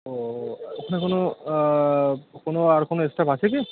ও ওখানে কোনো কোনো আর কোনো স্টাফ আছে কি